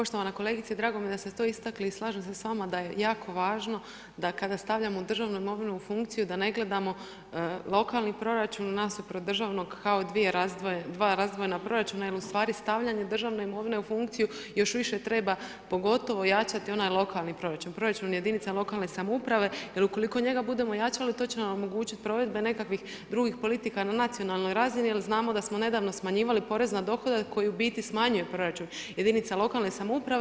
Poštovana kolegice, drago mi je da ste to istakli i slažem se s vama da je jako važno da kada stavljamo državnu imovinu u funkciju da ne gledamo lokalni proračun nasuprot državnog kao dva razdvojena proračuna, jer ustvari stavljanje državne imovine u funkciju još više treba pogotovo jačati onaj lokalni proračun, proračun jedinica lokalne samouprave jer ukoliko njega budemo jačali to će nam omogućiti provedbe nekakvih drugih politika na nacionalnoj razini jer znamo da smo nedavno smanjivali porez na dohodak koji u biti smanjuje proračun jedinica lokalne samouprave.